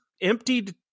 emptied